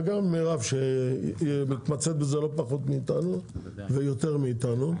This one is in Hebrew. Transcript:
וגם מירב שהיא מתמצאת בזה לא פחות מאיתנו ויותר מאיתנו,